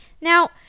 Now